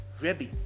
Rebbe